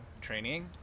training